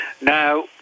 Now